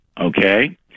okay